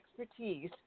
expertise